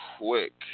quick